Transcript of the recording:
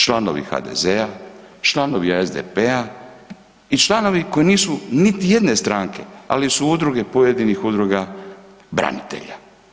Članovi HDZ-a, članovi SDP-a i članovi koji nisu niti jedne stranke ali su udruge pojedinih udruga branitelja.